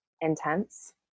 intense